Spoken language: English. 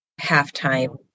halftime